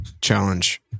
challenge